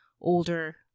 older